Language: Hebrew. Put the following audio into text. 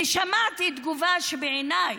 ושמעתי תגובה שבעיניי,